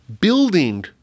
building